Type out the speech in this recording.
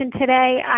today